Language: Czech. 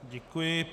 Děkuji.